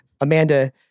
Amanda